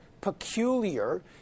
peculiar